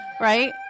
right